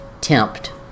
tempt